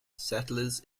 settlers